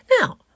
Now